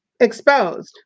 exposed